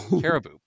caribou